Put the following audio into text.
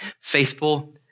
Faithful